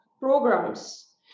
programs